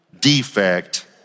defect